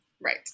Right